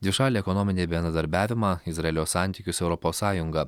dvišalį ekonominį bendradarbiavimą izraelio santykius su europos sąjunga